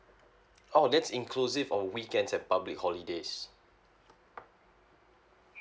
oh that's inclusive of weekends and public holidays